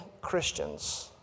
Christians